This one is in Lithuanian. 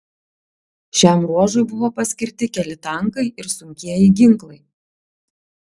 šiam ruožui buvo paskirti keli tankai ir sunkieji ginklai